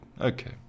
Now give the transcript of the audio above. okay